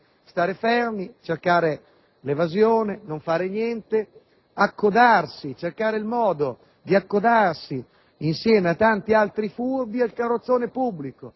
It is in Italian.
stare fermi, cercare l'evasione, non fare niente, cercare il modo di accodarsi insieme a tanti altri furbi al carrozzone pubblico,